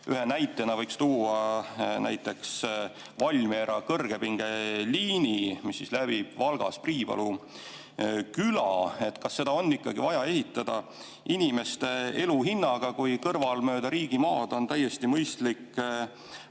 Ühe näitena võiks tuua Valmiera kõrgepingeliini, mis läbib Valgas Priipalu küla. Kas seda on ikka vaja ehitada inimeste elu hinnaga, kui kõrval riigimaal on täiesti mõistlik